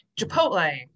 Chipotle